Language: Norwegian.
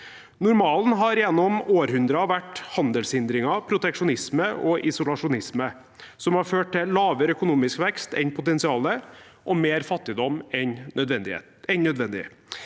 Normalen har gjennom århundrer vært handelshindringer, proteksjonisme og isolasjonisme, noe som har ført til lavere økonomisk vekst enn potensialet og mer fattigdom enn nødvendig.